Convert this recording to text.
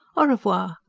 au revoir!